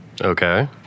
Okay